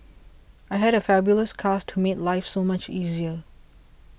I had a fabulous cast to made life so much easier